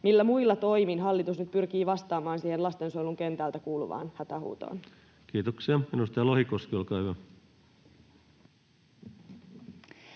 millä muilla toimin hallitus nyt pyrkii vastaamaan siihen lastensuojelun kentältä kuuluvaan hätähuutoon? Kiitoksia. — Edustaja Lohikoski, olkaa hyvä.